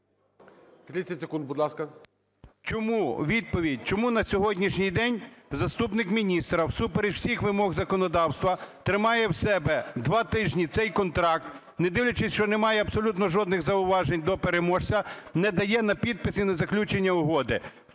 чому на сьогоднішній день заступник міністра всупереч всіх вимог законодавства тримає в себе два тижні цей контракт, не дивлячись, що немає абсолютно жодних зауважень до переможця, не дає на підпис і на заключення угоди?